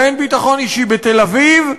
ואין ביטחון אישי בתל-אביב,